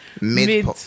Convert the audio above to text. Mid